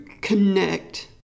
connect